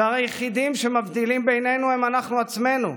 שהרי היחידים שמבדילים בינינו הם אנחנו עצמנו.